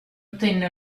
ottenne